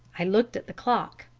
i looked at the clock.